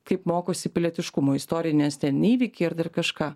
kaip mokosi pilietiškumo istorinės ten įvykiai ir dar kažką